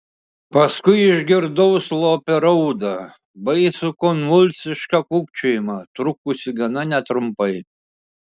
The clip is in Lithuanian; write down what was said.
paskui išgirdau slopią raudą baisų konvulsišką kūkčiojimą trukusį gana netrumpai